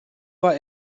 war